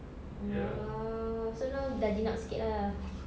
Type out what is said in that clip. oh so now dah jinak sikit lah